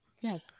Yes